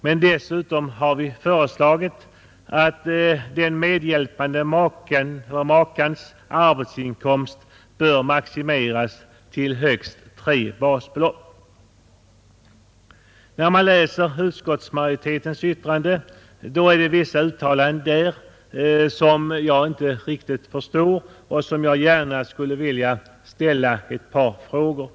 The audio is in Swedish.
Men dessutom har vi föreslagit att den medhjälpande makens eller makans arbetsinkomst bör maximeras till högst tre basbelopp. När jag läser utskottsmajoritetens yttrande, finner jag vissa uttalanden där som jag inte riktigt förstår och beträffande vilka jag gärna skulle vilja ställa ett par frågor.